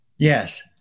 Yes